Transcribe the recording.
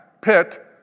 Pitt